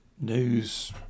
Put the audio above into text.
news